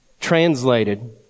translated